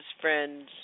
friends